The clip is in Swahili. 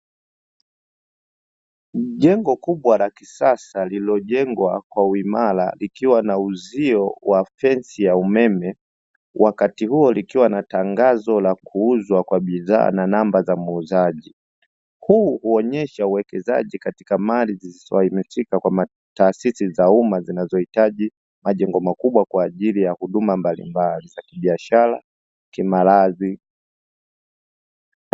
Jengo kubwa la kisasa lililojengwa kwa uimara, likiwa na uzio wa fensi ya umeme, wakati huo likiwa na tangazo la kuuzwa kwa bidhaa na namba za muuzaji. Huu huonyesha uwekezaji katika mali zisizohamishika kama taasisi za umma, zinzohitaji majengo makubwa kwa ajili ya huduma mbalimbali za kibiashara; kimaladhi.